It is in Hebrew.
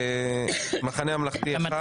המחנה הממלכתי אחד,